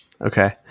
Okay